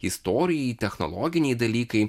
istorijai technologiniai dalykai